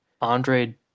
Andre